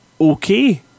okay